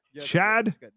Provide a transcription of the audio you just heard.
Chad